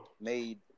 made